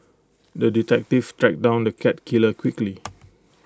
the detective tracked down the cat killer quickly